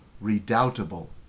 redoubtable